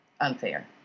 unfair